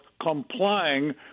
complying